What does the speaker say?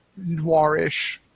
noirish